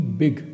big।